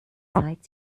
zeit